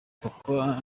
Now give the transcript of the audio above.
kuka